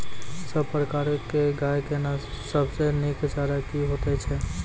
सब प्रकारक गाय के सबसे नीक चारा की हेतु छै?